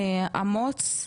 אמוץ,